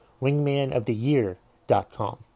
wingmanoftheyear.com